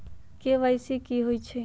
KYC कि होई छई?